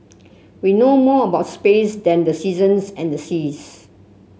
we know more about space than the seasons and the seas